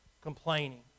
complaining